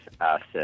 asset